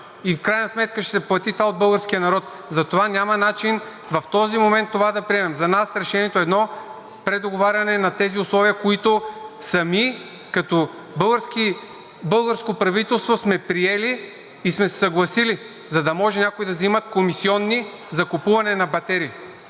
И в крайна сметка това ще се плати от българския народ. Затова няма начин в този момент това да приемем. За нас решението е едно – предоговаряне на тези условия, които сами, като българско правителство, сме приели и сме се съгласили, за да може някои да взимат комисиони за купуване на батерии.